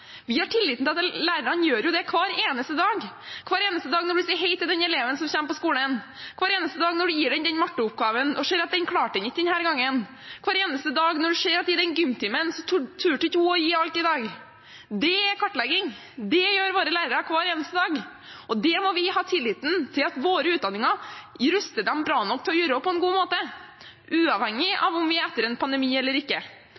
Vi har tillit til at lærerne gjør det hver eneste dag – hver eneste dag når de sier hei til elevene som kommer på skolen, hver eneste dag når de gir elevene en matteoppgave og ser at den klarte de ikke denne gangen, hver eneste dag når det skjer at i en gymtime turte ikke en elev å gi alt i dag. Det er kartlegging. Det gjør våre lærere hver eneste dag, og det må vi ha tillit til at våre utdanninger ruster dem bra nok til å gjøre på en god måte, uavhengig av om vi er etter en pandemi eller ikke.